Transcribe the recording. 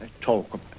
talk